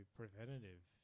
preventative